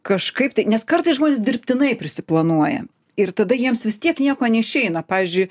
kažkaip tai nes kartais žmonės dirbtinai prisiplanuoja ir tada jiems vis tiek nieko neišeina pavyzdžiui